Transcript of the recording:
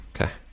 Okay